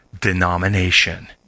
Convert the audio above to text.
denomination